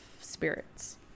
spirits